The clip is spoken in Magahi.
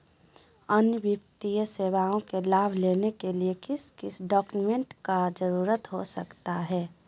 अन्य वित्तीय सेवाओं के लाभ लेने के लिए किस किस डॉक्यूमेंट का जरूरत हो सकता है?